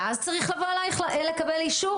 ואז צריך לבוא אלייך לקבל אישור?